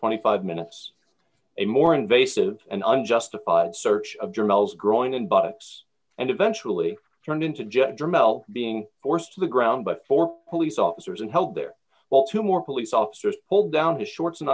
twenty five minutes a more invasive and unjustified search of journals growing in bucks and eventually d turned into just dramatic being forced to the ground but for police officers and help there well two more police officers pulled down his shorts and